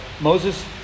Moses